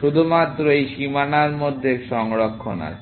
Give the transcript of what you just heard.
শুধুমাত্র এই সীমানার মধ্যে সংরক্ষণ আছে